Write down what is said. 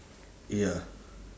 ya